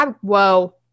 Whoa